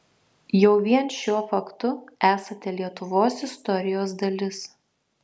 jau vien šiuo faktu esate lietuvos istorijos dalis